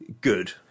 good